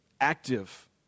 active